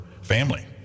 family